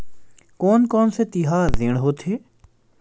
कोन कौन से तिहार ऋण होथे?